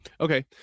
Okay